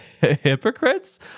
hypocrites